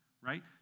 right